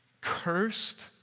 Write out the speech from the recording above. Cursed